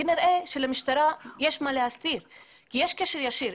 כנראה שלמשטרה יש מה להסתיר כי יש קשר ישיר.